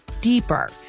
deeper